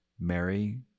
Mary